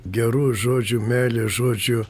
geru žodžiu meilę žodžiu